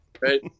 right